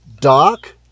Doc